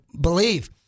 believe